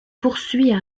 poursuit